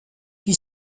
qui